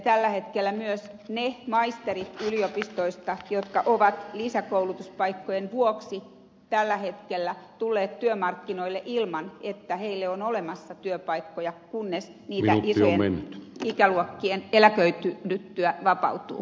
tällä hetkellä myös ne maisterit yliopistoista jotka ovat lisäkoulutuspaikkojen vuoksi tällä hetkellä tulleet työmarkkinoille ilman että heille on olemassa työpaikkoja kunnes niitä isojen ikäluokkien eläköidyttyä vapautuu